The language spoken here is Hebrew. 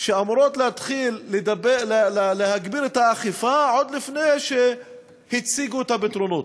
שאמורות להתחיל להגביר את האכיפה עוד לפני שהציגו את הפתרונות.